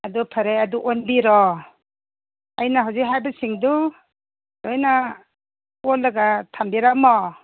ꯑꯗꯨ ꯐꯔꯦ ꯑꯗꯨ ꯑꯣꯟꯕꯤꯔꯣ ꯑꯩꯅ ꯍꯧꯖꯤꯛ ꯍꯥꯏꯕꯁꯤꯡꯗꯨ ꯂꯣꯏꯅ ꯑꯣꯜꯂꯒ ꯊꯝꯕꯤꯔꯝꯃꯣ